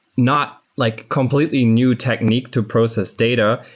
not like completely new technique to process data,